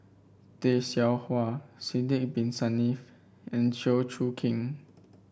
Tay Seow Huah Sidek Bin Saniff and Chew Choo Keng